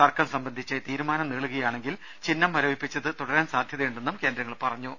തർക്കം സംബന്ധിച്ച് തീരു മാനം നീളുകയാണെങ്കിൽ ചിഹ്നം മരവിപ്പിച്ചത് തുടരാൻ സാധ്യതയു ണ്ടെന്നും കേന്ദ്രങ്ങൾ പറഞ്ഞു